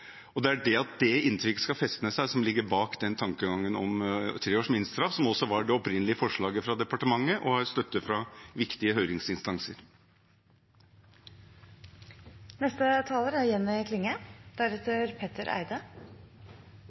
Det er det at det inntrykket skal festne seg som ligger bak tankegangen om tre års minstestraff, som også var det opprinnelige forslaget fra departementet, og som har støtte fra viktige